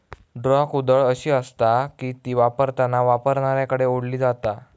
draw कुदळ अशी आसता की ती वापरताना वापरणाऱ्याकडे ओढली जाता